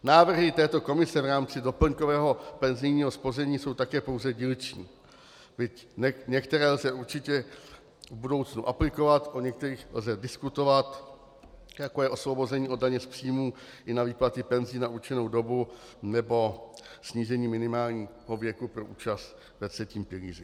Návrhy této komise v rámci doplňkového penzijního spoření jsou také pouze dílčí, byť některé lze určitě v budoucnu aplikovat, o některých lze diskutovat jako je osvobození od daně z příjmu i na výplaty penzí na určenou dobu nebo snížení minimálního věku pro účast ve třetím pilíři.